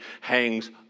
hangs